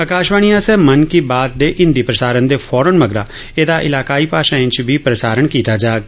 आकाशवाणी आसेआ मन की बात दे हिंदी प्रसारण दे फौरन मगरा एह्दा इलाकाई भाषाएं च बी प्रसारण कीता जाग